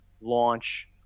launch